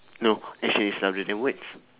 no actions is louder than words